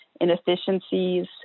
inefficiencies